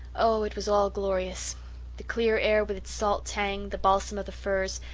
oh, it was all glorious the clear air with its salt tang, the balsam of the firs,